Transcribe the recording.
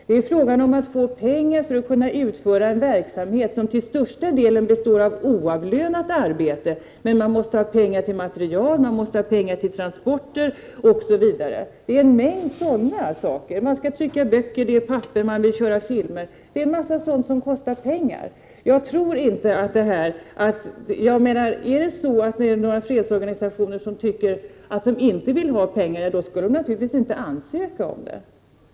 Det är fråga om att få pengar för att kunna genomföra en verksamhet som till största delen består av oavlönat arbete. Organisationerna måste ha pengar till material och pengar till transporter osv. Det finns en mängd sådana saker. Man skall trycka böcker, man behöver papper och man vill kunna visa filmer. Det är många sådana saker som kostar pengar. Om det finns några fredsorganisationer som anser att de inte vill ha pengar skall de naturligtvis inte ansöka.